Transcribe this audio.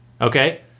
Okay